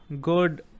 good